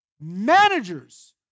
managers